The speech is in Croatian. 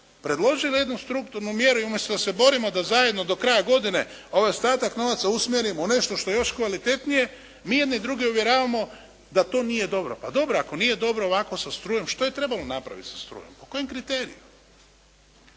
predložili jednu strukturnu mjeru i umjesto da se borimo da do kraja godine ovaj ostatak novaca usmjerimo u nešto što je još kvalitetnije mi jedni druge uvjeravamo da to nije dobro. Pa dobro ako nije dobro ovako sa strujom što je trebalo napraviti sa strujom? Po kojem kriteriju?